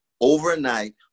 overnight